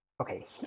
okay